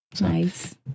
Nice